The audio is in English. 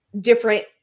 different